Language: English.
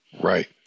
Right